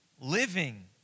living